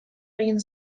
egin